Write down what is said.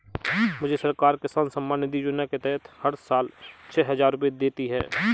मुझे सरकार किसान सम्मान निधि योजना के तहत हर साल छह हज़ार रुपए देती है